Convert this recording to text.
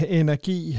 energi